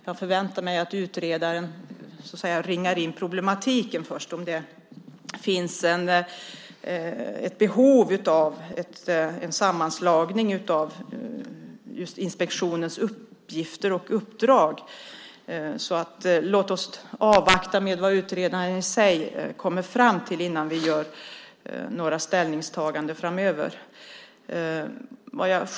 Jag förväntar mig att utredaren ringar in problematiken först och ser om det finns ett behov av en sammanslagning av inspektionens uppgifter och uppdrag. Låt oss avvakta vad utredaren kommer fram till innan vi gör några ställningstaganden.